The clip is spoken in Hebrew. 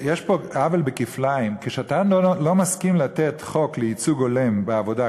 יש פה עוול כפליים: כשאתה לא מסכים לתת חוק לייצוג הולם בעבודה,